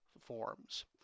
forms